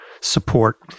support